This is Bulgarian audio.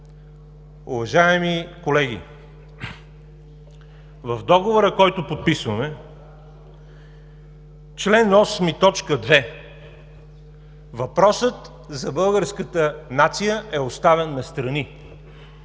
Уважаеми колеги, в Договора, който подписваме, чл. 8, т. 2 въпросът за българската нация е оставен настрани.